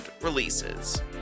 releases